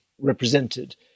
represented